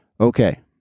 Okay